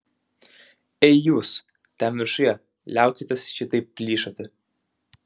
ei jūs ten viršuje liaukitės šitaip plyšoti